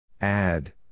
Add